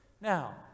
Now